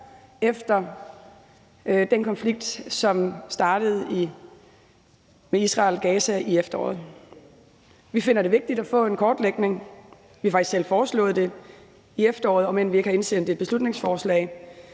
efter den konflikt, som startede mellem Israel og Gaza i efteråret. Vi finder det vigtigt at få en kortlægning. Vi har faktisk selv foreslået det i efteråret, om end vi ikke har fremsat et beslutningsforslag.